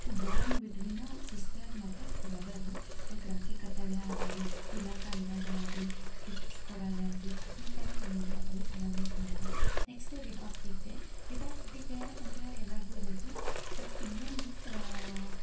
bond between sister ಮತ್ತು brother like rakhi ಕಟ್ಟೋದೆ ಆಗಲಿ ತಿಲಕ ಇಡೋದೆ ಆಗಲಿ ಗಿಫ್ಟ್ಸ್ ಕೊಡೋದೆ ಆಗಲಿ ಈ ಥರ ನಮ್ಮ ಇಂಡ್ಯಾದಲ್ಲಿ ಸೆಲೆಬ್ರೆಟ್ ಮಾಡ್ತಾರೆ ನೆಕ್ಸ್ಟು ರಿಪಬ್ಲಿಕ್ ಡೇ ರಿಪಬ್ಲಿಕೇ ಅಂದರೆ ಎಲ್ಲರಿಗೂ ಗೊತ್ತು ನಮ್ಮ ಇಂಡ್ಯನ್